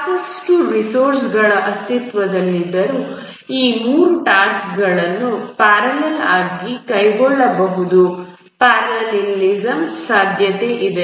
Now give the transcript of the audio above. ಸಾಕಷ್ಟು ರಿಸೋರ್ಸ್ಗಳು ಅಸ್ತಿತ್ವದಲ್ಲಿದ್ದರೆ ಈ ಮೂರು ಟಾಸ್ಕ್ಗಳನ್ನು ಪ್ಯಾರಲಲ್ ಆಗಿ ಕೈಗೊಳ್ಳಬಹುದು ಪ್ಯಾರಲಲ್ಯಿಸಮ್ ಸಾಧ್ಯತೆಯಿದೆ